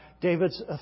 David's